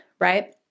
right